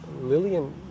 Lillian